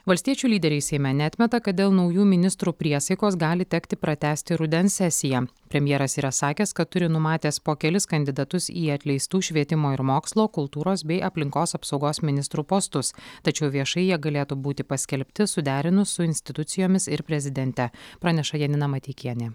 valstiečių lyderiai seime neatmeta kad dėl naujų ministrų priesaikos gali tekti pratęsti rudens sesiją premjeras yra sakęs kad turi numatęs po kelis kandidatus į atleistų švietimo ir mokslo kultūros bei aplinkos apsaugos ministrų postus tačiau viešai jie galėtų būti paskelbti suderinus su institucijomis ir prezidente praneša janina mateikienė